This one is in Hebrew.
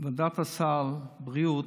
ועדת סל הבריאות,